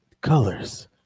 Colors